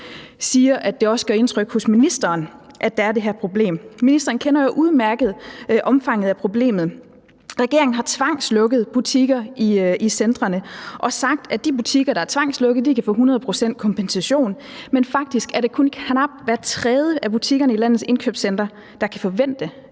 også gør indtryk på ministeren, at der er det her problem. Ministeren kender jo udmærket omfanget af problemet Regeringen har tvangslukket butikker i centrene og sagt, at de butikker, der er tvangslukket, kan få 100 pct. kompensation, men faktisk er det kun knap hver tredje af butikkerne i landets indkøbscentre, der kan forvente